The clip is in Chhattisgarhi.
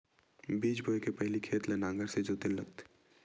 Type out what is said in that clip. बीज बोय के पहिली खेत ल नांगर से जोतेल लगथे?